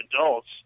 adults